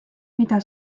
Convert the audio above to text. mida